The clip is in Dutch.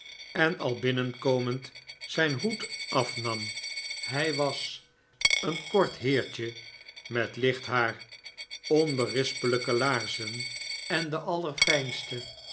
en al binnenkomend zijn hoed afnam hij was een kort heertje met licht haar onberispel'ijke laarzen en de